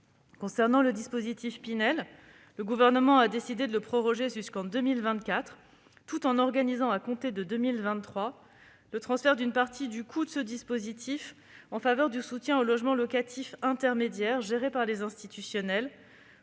Quant au dispositif Pinel, le Gouvernement a décidé de le proroger jusqu'en 2024 tout en organisant, à compter de 2023, le transfert d'une partie du coût du dispositif en faveur du soutien au logement locatif intermédiaire géré par les institutionnels.